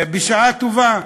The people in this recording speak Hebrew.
בשעה טובה,